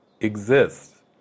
exists